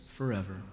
Forever